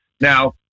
Now